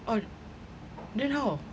oh then how